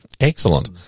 Excellent